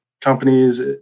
companies